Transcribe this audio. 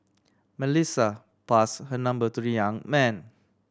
Melissa pass her number to the young man